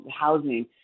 housing